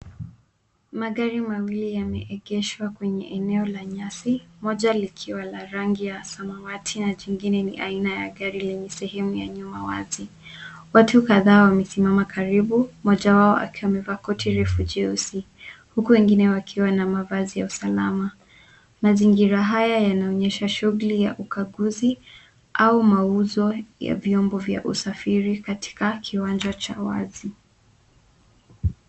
Magari mawili yameegeshwa kwenye eneo la nyasi moja likiwa la rangi ya samawati na jingine ni aina ya gari lenye sehemu ya nyuma wazi. Watu kadhaa wamesimama karibu mmoja wao akiwa amevaa koti refu jeusi huku wengine wakiwa na mavazi ya usalama. Mazingira haya yanaonyesha shughuli ya ukaguzi au mauzo ya vyombo vya usafiri katika kiwanja cha wazi.